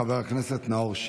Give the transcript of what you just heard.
חבר הכנסת נאור שירי.